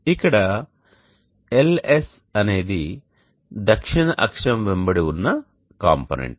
ఇక్కడ LS అనేది దక్షిణ అక్షం వెంబడి ఉన్న కాంపొనెంట్